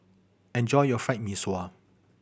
enjoy your Fried Mee Sua